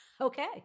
Okay